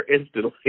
instantly